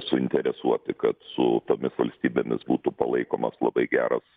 suinteresuoti kad su tomis valstybėmis būtų palaikomas labai geras